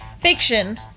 Fiction